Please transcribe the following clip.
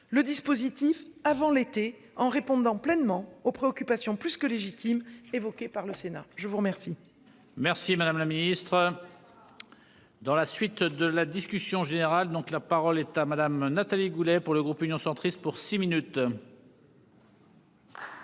le dispositif avant l'été en répondant pleinement aux préoccupations plus que légitime évoquée par le Sénat. Je vous remercie. Merci madame la ministre. Dans la suite de la discussion générale donc la parole est à madame Nathalie Goulet, pour le groupe Union centriste pour six minutes. Monsieur